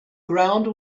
ground